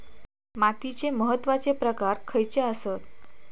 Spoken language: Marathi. मातीचे महत्वाचे प्रकार खयचे आसत?